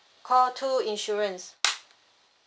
call two insurance